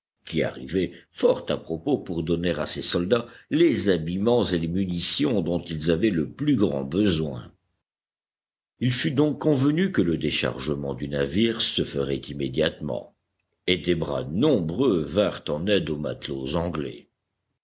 qui arrivait fort à propos pour donner à ses soldats les habillements et les munitions dont ils avaient le plus grand besoin il fut donc convenu que le déchargement du navire se ferait immédiatement et des bras nombreux vinrent en aide aux matelots anglais